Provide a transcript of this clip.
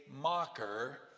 mocker